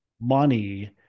money